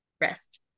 rest